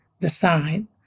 decide